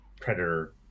predator